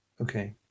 Okay